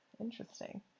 Interesting